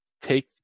take